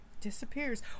Disappears